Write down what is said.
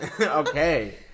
okay